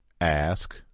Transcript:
Ask